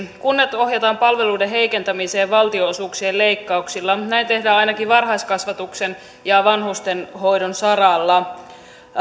kunnat ohjataan palveluiden heikentämiseen valtionosuuksien leikkauksilla näin tehdään ainakin varhaiskasvatuksen ja vanhustenhoidon saralla